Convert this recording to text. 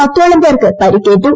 പത്തോളം പേർക്ക് പരിക്കേറ്റു